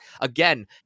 again